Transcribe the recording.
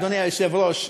אדוני היושב-ראש,